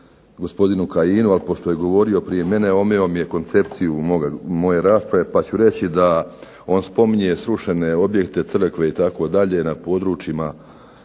gospodinu Kajinu, ali pošto je govorio prije mene omeo mi je koncepciju moje rasprave, pa ću reći da on spominje srušene objekte, crkve itd., na područjima